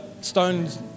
Stone's